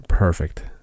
perfect